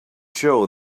show